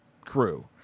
crew